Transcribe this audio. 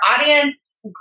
audience